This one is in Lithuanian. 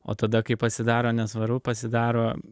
o tada kai pasidaro nesvaru pasidaro